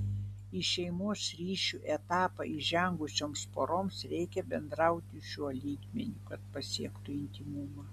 į šeimos ryšių etapą įžengusioms poroms reikia bendrauti šiuo lygmeniu kad pasiektų intymumą